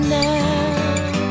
now